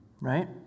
right